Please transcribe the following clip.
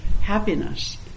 happiness